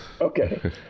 Okay